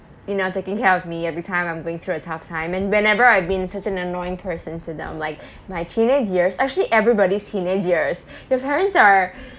you know taking care of me every time I'm going through a tough time and whenever I've been such an annoying person to them like my teenage years actually everybody's teenage years your parents are